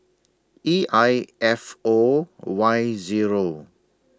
E I F O Y Zero